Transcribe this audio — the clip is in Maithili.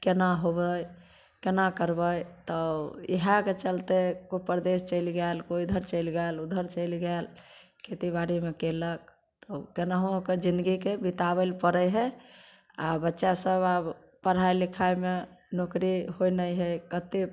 केना होबय केना करबय तब इएहके चलते कोइ परदेश चलि गेल कोइ इधर चलि गेल उधर चलि गेल खेतीबाड़ीमे कयलक तब केनाहुओके जिनगीके बिताबय लए पड़इ हइ आओर बच्चा सब आब पढ़ाइ लिखाइमे नौकरी होइ नहि हइ कते